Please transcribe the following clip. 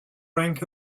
rank